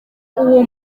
uwo